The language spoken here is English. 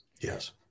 Yes